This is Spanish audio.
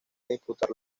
disputar